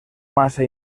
massa